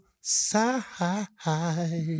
side